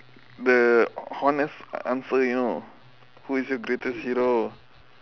the honest answer you know who is the greatest hero